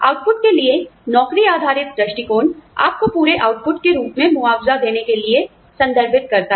output के लिए नौकरी आधारित दृष्टिकोण आपकोपूरे आउटपुट के रूप में मुआवजा देने के लिए संदर्भित करता है